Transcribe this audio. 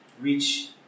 reach